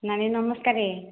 ନାନୀ ନମସ୍କାର